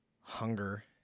hunger